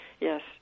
yes